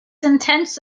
intense